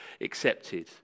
accepted